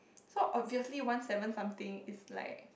so obviously one seven something is like